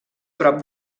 prop